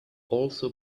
also